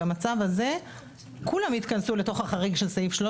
במצב כזה כולם יתכנסו אל תוך החריג של סעיף (13),